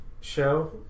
show